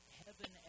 heaven